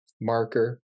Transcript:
marker